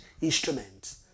instruments